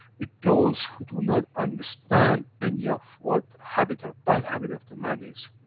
with those who do not understand any of what habit, of bad habit of the man is.